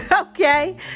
Okay